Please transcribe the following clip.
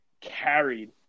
carried